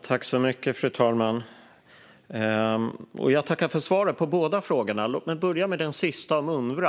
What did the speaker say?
Fru talman! Jag tackar för svaret på båda frågorna. Låt mig börja med den sista, om Unrwa.